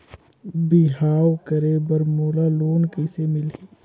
बिहाव करे बर मोला लोन कइसे मिलही?